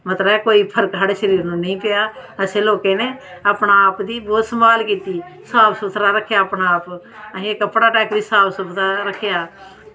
फर्क मतलब कोई साढ़े शरीर गी नेईं पेआ असें लोकें अपने आप दी बोह्त सम्हाल कीती साफ सूथरा रक्खेआ अपना आप असें कपड़ा पैकेट साफ सूथरा रक्खेआ